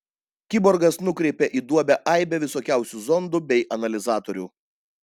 kiborgas nukreipė į duobę aibę visokiausių zondų bei analizatorių